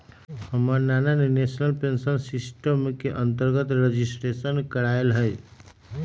हमर नना ने नेशनल पेंशन सिस्टम के अंतर्गत रजिस्ट्रेशन करायल हइ